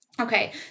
Okay